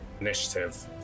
Initiative